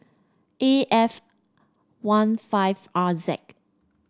A F one five R Z